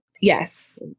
Yes